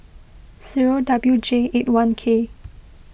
zero W J eight one K